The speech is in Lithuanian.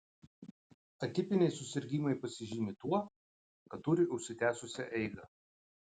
atipiniai susirgimai pasižymi tuo kad turi užsitęsusią eigą